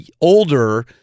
older